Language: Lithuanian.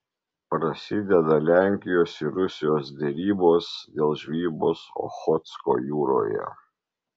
prasideda lenkijos ir rusijos derybos dėl žvejybos ochotsko jūroje